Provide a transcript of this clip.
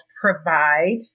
Provide